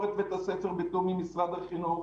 את בית הספר בתיאום עם משרד החינוך,